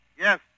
Yes